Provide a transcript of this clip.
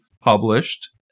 published